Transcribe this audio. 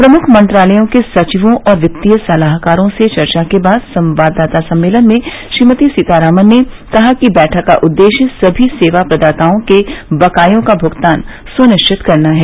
प्रमुख मंत्रालयों के सचिवों और वित्तीय सलाहकारों से चर्चा के बाद संवाददाता सम्मेलन में श्रीमती सीतारामन ने कहा कि बैठक का उद्देश्य सभी सेवा प्रदाताओं के बकायों का भुगतान सुनिश्चित करना है